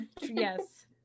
yes